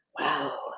Wow